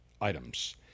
items